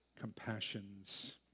compassions